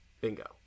Bingo